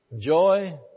joy